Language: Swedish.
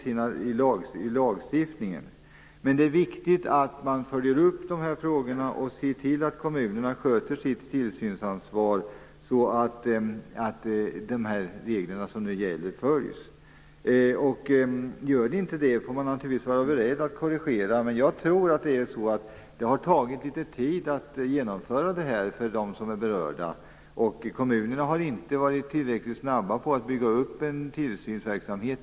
Det är viktigt att man följer upp frågorna och ser till att kommunerna lever upp till sitt tillsynsansvar, så att de regler som nu gäller följs. Gör de inte det får man naturligtvis vara beredd att korrigera. Men jag tror att det har tagit litet tid för dem som är berörda att genomföra detta. Kommunerna har inte varit tillräckligt snabba på att bygga upp en tillsynsverksamhet.